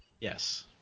Yes